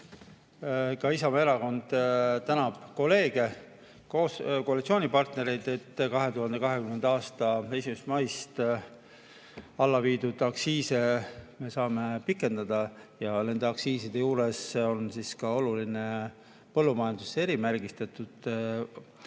Ka Isamaa Erakond tänab kolleege ja koalitsioonipartnereid, et 2020. aasta 1. maist alla viidud aktsiise me saame pikendada. Nende aktsiiside juures on ka oluline põllumajanduses erimärgistatud diisli